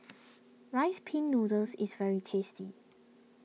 Rice Pin Noodles is very tasty